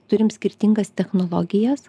turim skirtingas technologijas